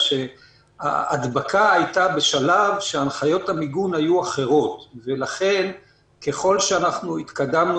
ההדבקה היתה בשלב שהנחיות המיגון היו אחרות ולכן ככל שאנחנו התקדמנו